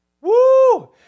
Woo